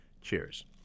Cheers